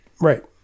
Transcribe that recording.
Right